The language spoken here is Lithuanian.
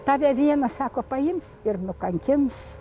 tave vieną sako paims ir nukankins